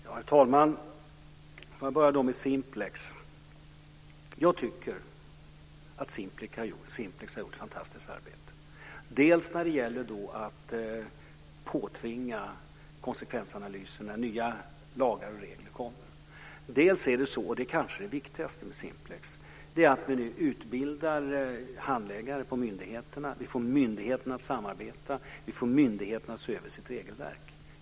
Herr talman! Jag börjar med Simplex. Jag tycker dels att Simplex har gjort ett fantastiskt arbete när det gäller att påtvinga konsekvensanalyser när nya lagar och regler kommer. Dels är det så, och det är kanske det viktigaste med Simplex, att vi nu utbildar handläggare på myndigheterna. Vi får myndigheterna att samarbeta, vi får myndigheterna att se över sitt regelverk.